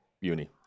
uni